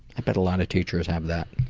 i bet a lot of teachers have that.